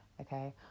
okay